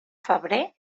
febrer